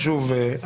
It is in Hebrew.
שוב,